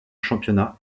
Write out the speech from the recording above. championnat